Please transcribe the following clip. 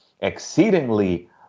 exceedingly